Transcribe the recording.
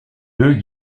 deux